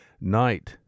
Night